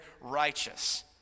righteous